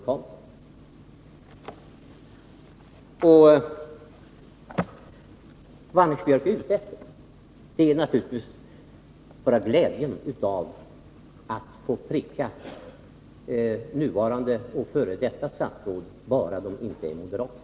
Vad Anders Björck är ute efter är naturligtvis att få glädjen att pricka nuvarande och f. d. statsråd, bara de inte är moderater.